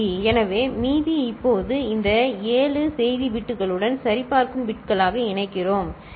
எனவே மீதி இப்போது இந்த 7 செய்தி பிட்களுடன் சரிபார்க்கும் பிட்களாக இணைக்கிறோம் சரி